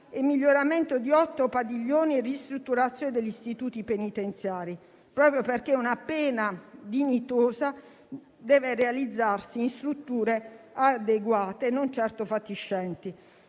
al miglioramento di otto padiglioni e alla ristrutturazione degli istituti penitenziari, proprio perché una pena dignitosa deve realizzarsi in strutture adeguate e non certo fatiscenti.